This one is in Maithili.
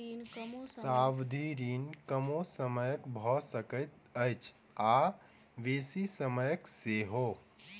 सावधि ऋण कमो समयक भ सकैत अछि आ बेसी समयक सेहो